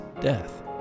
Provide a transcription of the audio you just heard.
death